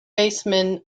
basemen